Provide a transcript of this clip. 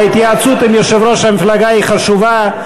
ההתייעצות עם יושב-ראש המפלגה חשובה.